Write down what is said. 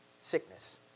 sickness